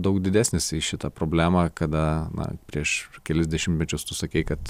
daug didesnis į šitą problemą kada na prieš kelis dešimtmečius tu sakei kad